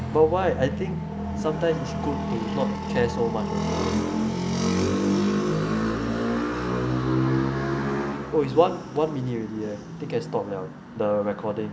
but why I think sometimes it good to not care so much oh is one minute already leh I think can stop 了 the recording